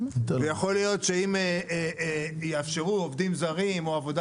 ויכול להיות שאם יאפשרו עובדים זרים או עבודה